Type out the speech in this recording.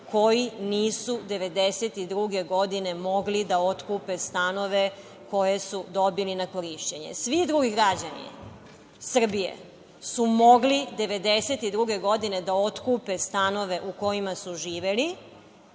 koji nisu 1992. godine mogli da otkupe stanove koje su dobili na korišćenje. Svi drugi građani Srbije su mogli 1992. godine da otkupe stanove u kojima su živeli,